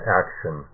action